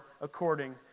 according